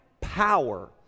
power